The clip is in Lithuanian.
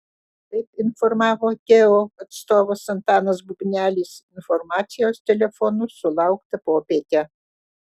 kaip informavo teo atstovas antanas bubnelis informacijos telefonu sulaukta popietę